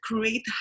create